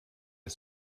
der